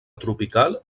tropical